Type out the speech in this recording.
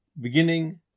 beginning